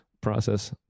process